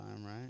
right